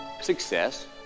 success